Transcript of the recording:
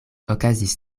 okazis